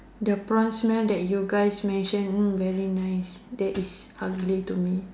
the prawn smell that you guys mention very nice that is ugly to me